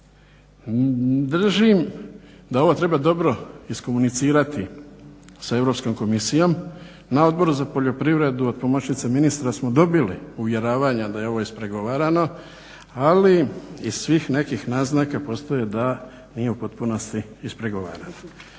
Držim da ovo treba dobro iskomunicirati sa Europskom komisijom. Na Odboru za poljoprivredu od pomoćnice ministra smo dobili uvjeravanja da je ovo ispregovarano, ali iz svih nekih naznaka postoji da nije u potpunosti ispregovarano.